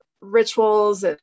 rituals